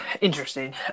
Interesting